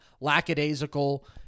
lackadaisical